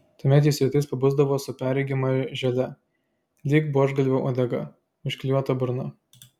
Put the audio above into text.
tuomet jis rytais pabusdavo su perregima želė lyg buožgalvio uodega užklijuota burna